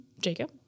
Jacob